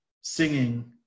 singing